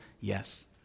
Yes